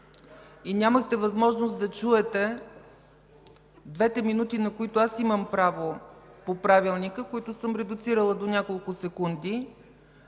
и нямахте възможност да чуете двете минути, на които аз имам право по Правилника, които съм редуцирала до няколко секунди,